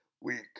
week